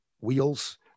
wheels